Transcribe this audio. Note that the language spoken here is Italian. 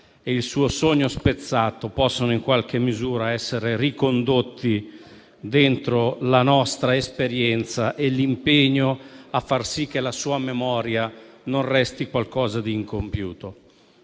e il suo sogno spezzato possono in qualche misura essere ricondotti dentro la nostra esperienza e l'impegno a far sì che la sua memoria non resti qualcosa di incompiuto.